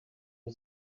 you